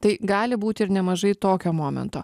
tai gali būti ir nemažai tokio momento